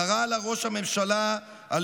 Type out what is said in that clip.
קרא לה ראש הממשלה הלאומן,